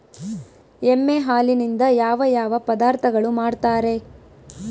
ಎಮ್ಮೆ ಹಾಲಿನಿಂದ ಯಾವ ಯಾವ ಪದಾರ್ಥಗಳು ಮಾಡ್ತಾರೆ?